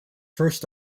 first